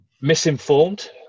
misinformed